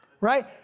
right